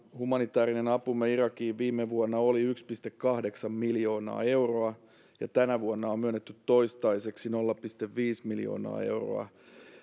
humanitäärinen apumme irakiin viime vuonna oli yksi pilkku kahdeksan miljoonaa euroa ja tänä vuonna on myönnetty toistaiseksi nolla pilkku viisi miljoonaa euroa